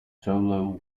solo